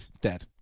dead